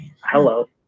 hello